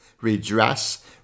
Redress